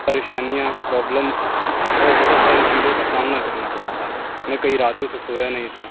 پریشانیاں پرابلمس اور بہت ساری چیزوں کا سامنا کرنا پڑا تھا میں کئی راتوں سے سویا نہیں تھا